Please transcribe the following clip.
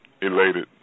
elated